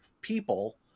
people